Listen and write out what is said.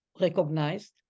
recognized